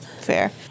Fair